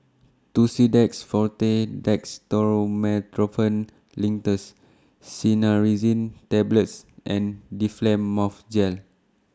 Tussidex Forte Dextromethorphan Linctus Cinnarizine Tablets and Difflam Mouth Gel